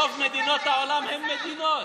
רוב מדינות העולם הן מדינות,